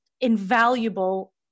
invaluable